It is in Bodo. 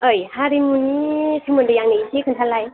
ओइ हारिमुनि सोमोन्दै आंनो इसे खोन्थालाय